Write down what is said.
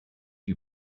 you